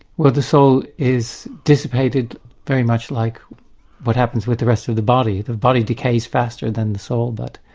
well the soul is dissipated very much like what happens with the rest of the body. the body decays faster than the soul, but,